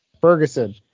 Ferguson